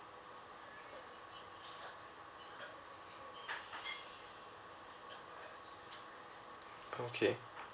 okay